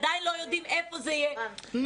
עדיין לא יודעים איפה היא תמוקם.